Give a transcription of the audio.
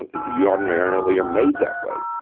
but you ordinarily are made that way,